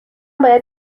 باید